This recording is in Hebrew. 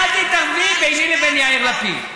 אל תתערבי ביני לבין יאיר לפיד.